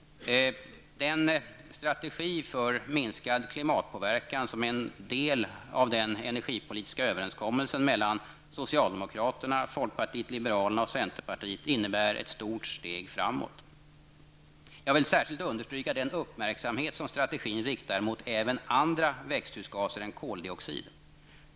Den strategi för minskad klimatpåverkan som är en del av den enerigpolitiska överenskommelsen mellan socialdemokraterna, folkpartiet liberalerna och centerpartiet innebär ett stort steg framåt. Jag vill särskilt understryka den uppmärksamhet som strategin riktar mot även andra växthusgaser än koldioxid.